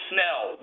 Snell